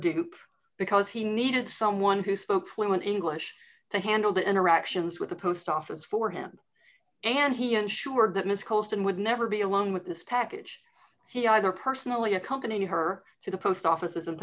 degree because he needed someone who spoke fluent english to handle the interactions with the post office for him and he ensured that ms coast and would never be alone with this package he either personally accompanied her to the post offices in